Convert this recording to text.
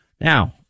Now